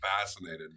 fascinated